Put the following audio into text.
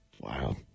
Wow